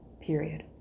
period